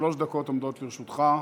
שלוש דקות עומדות לרשותך.